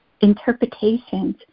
interpretations